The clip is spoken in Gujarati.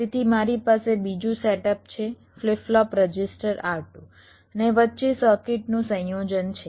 તેથી મારી પાસે બીજું સેટઅપ છે ફ્લિપ ફ્લોપ રજિસ્ટર R2 અને વચ્ચે સર્કિટનું સંયોજન છે